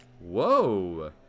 Whoa